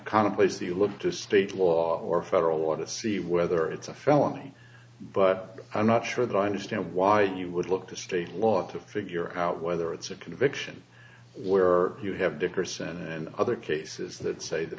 of place the you look to state law or federal law to see whether it's a felony but i'm not sure that i understand why you would look to state law to figure out whether it's a conviction where are you have dickerson and other cases that say the